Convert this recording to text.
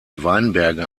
weinberge